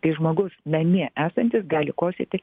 kai žmogus namie esantis gali kosėti